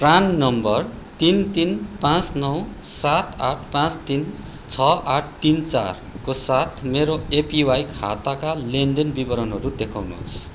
PRAN number तिन तिन पाँच नौ सात आठ पाँच तिन छ आठ तिन चारको साथ मेरो एपिवाई खाताका लेनदेन विवरणहरू देखाउनुहोस्